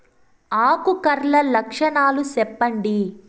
ఆకు కర్ల లక్షణాలు సెప్పండి